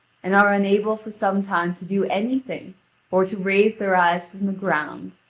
and are unable for some time to do anything or to raise their eyes from the ground,